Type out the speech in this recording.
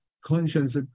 conscience